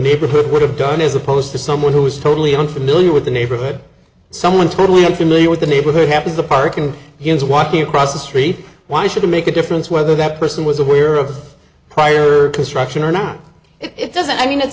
neighborhood would have done as opposed to someone who was totally unfamiliar with the neighborhood someone totally unfamiliar with the neighborhood happens the park and he was walking across the street why should he make a difference whether that person was aware of prior construction or not it doesn't i mean it's